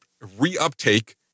reuptake